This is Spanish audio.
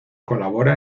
colabora